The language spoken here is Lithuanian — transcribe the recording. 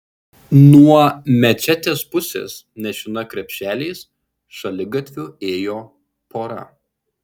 nuo mečetės pusės nešina krepšeliais šaligatviu ėjo pora